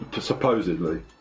Supposedly